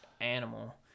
animal